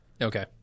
Okay